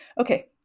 Okay